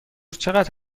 چقدر